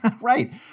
Right